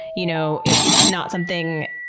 you know, it's not something,